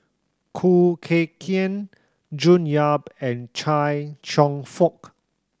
Khoo Kay Hian June Yap and Chia Cheong Fook